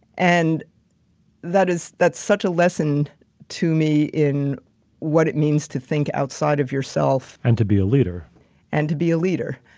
and that is, that's such a lesson to me in what it means to think outside of yourself. and to be a leaderlam and to be a leader.